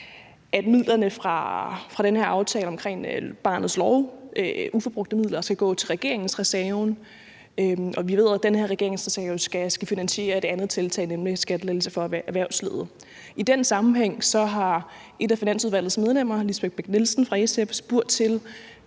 midler fra den her aftale om barnets lov skal gå til regeringsreserven, og vi ved, at den her regeringsreserve skal finansiere et andet tiltag, nemlig skattelettelser for erhvervslivet. I den sammenhæng har et af Finansudvalgets medlemmer, Lisbeth Bech-Nielsen fra SF, spurgt til,